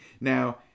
Now